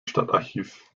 stadtarchiv